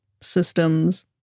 systems